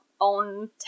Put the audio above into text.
own